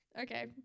Okay